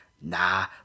Nah